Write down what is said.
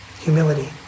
humility